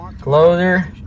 Closer